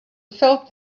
felt